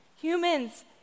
humans